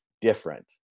different